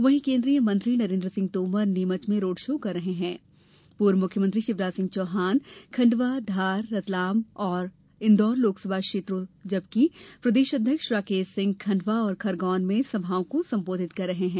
वहीं केंद्रीय मंत्री नरेंद्र सिंह तोमर नीमच में रोड शो कर रहे है पूर्व मुख्यमंत्री शिवराज सिंह चौहानखंडवा धार रतलाम और इंदौर लोकसभा क्षेत्रों जबकि प्रदेश अध्यक्ष राकेश सिंह खंडवा और खरगोन में सभाओं को संबोधित कर रहे हैं